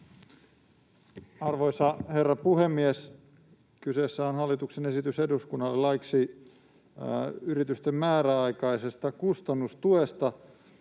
speech Section: 4 - Hallituksen esitys eduskunnalle laiksi yritysten määräaikaisesta kustannustuesta